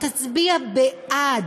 ותצביע בעד: